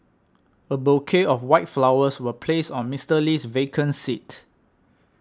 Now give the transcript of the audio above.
a bouquet of white flowers was placed on Mister Lee's vacant seat